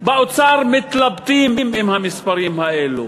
באוצר מתלבטים עם המספרים האלה.